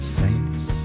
saints